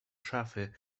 szafy